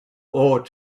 ought